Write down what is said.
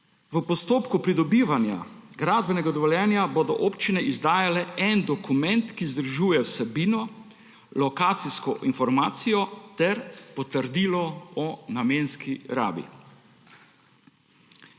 V postopku pridobivanja gradbenega dovoljenja bodo občine izdajale en dokument, ki združuje vsebino, lokacijsko informacijo ter potrdilo o namenski rabi.